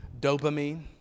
Dopamine